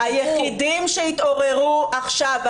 היחידים שהתעוררו עכשיו,